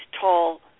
tall